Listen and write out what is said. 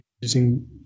using